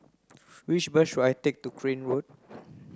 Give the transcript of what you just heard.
which bus should I take to Crane Road